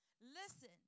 listen